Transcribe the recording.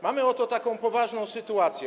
Mamy oto taką poważną sytuację.